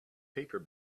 paper